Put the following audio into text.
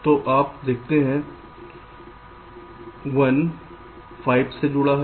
तो आप देखते हैं 1 5 से जुड़ा है